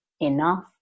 enough